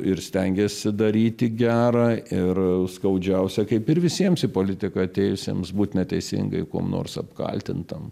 ir stengėsi daryti gerą ir skaudžiausia kaip ir visiems į politiką atėjusiems būt neteisingai kuom nors apkaltintam